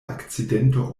akcidento